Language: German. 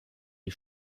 die